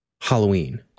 Halloween